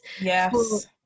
Yes